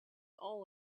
all